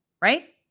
right